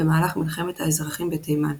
במהלך מלחמת האזרחים בתימן.